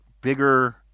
bigger